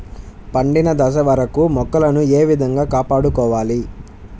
పండిన దశ వరకు మొక్కలను ఏ విధంగా కాపాడుకోవాలి?